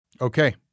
Okay